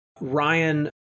Ryan